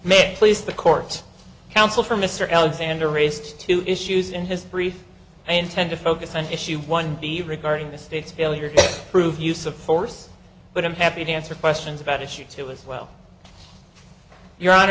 may place the court's counsel for mr alexander raised two issues in his brief i intend to focus on issue one the regarding the state's failure to prove the use of force but i'm happy to answer questions about issue two as well your hon